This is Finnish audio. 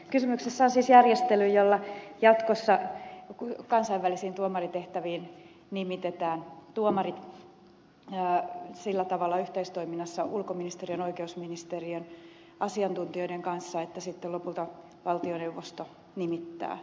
kysymyksessä on siis järjestely jolla jatkossa kansainvälisiin tuomarintehtäviin nimitetään tuomarit sillä tavalla yhteistoiminnassa ulkoministeriön ja oikeusministeriön asiantuntijoiden kanssa että valtioneuvosto sitten lopulta nimittää tuomarit